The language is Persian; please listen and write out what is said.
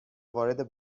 وارد